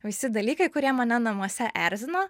visi dalykai kurie mane namuose erzino